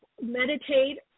meditate